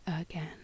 again